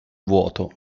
vuoto